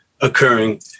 occurring